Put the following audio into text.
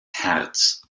herz